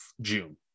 June